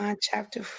chapter